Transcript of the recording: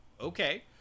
okay